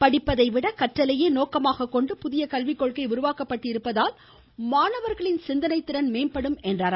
படிப்பதை விட கற்றலையே நோக்கமாகக் கொண்டு புதிய கல்விக்கொள்கை உருவாக்கப் பட்டிருப்பதால் மாணவர்களின் சிந்தனைத் திறன் மேம்படும் என்றார்